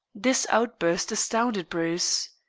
this outburst astounded bruce.